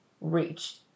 reached